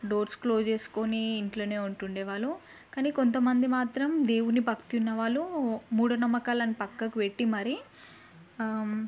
doors close చేసుకొని ఇంట్లోనే ఉంటుండె వాళ్ళు కానీ కొంతమంది మాత్రం దేవుని భక్తి ఉన్నవాళ్లు మూఢనమ్మకాలను పక్కకు పెట్టి మరి